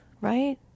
right